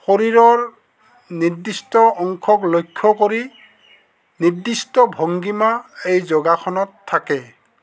শৰীৰৰ নিৰ্দিষ্ট অংশক লক্ষ্য কৰি নিৰ্দিষ্ট ভংগীমা এই যোগাসনত থাকে